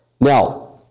Now